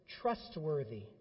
trustworthy